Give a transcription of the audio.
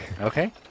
Okay